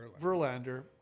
Verlander